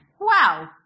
Wow